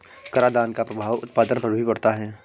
करादान का प्रभाव उत्पादन पर भी पड़ता है